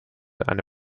eine